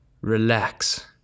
relax